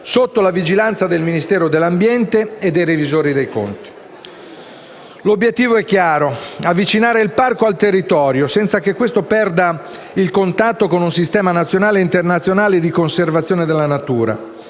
sotto la vigilanza del Ministero dell’ambiente e dei revisori dei conti. L’obiettivo è chiaro. Avvicinare il parco al territorio, senza che questo perda il contatto con un sistema nazionale e internazionale di conservazione della natura.